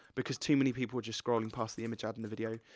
because too many people were just scrolling past the image out in the video.